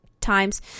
times